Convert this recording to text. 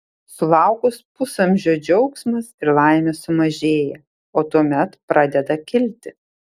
sulaukus pusamžio džiaugsmas ir laimė sumažėja o tuomet pradeda kilti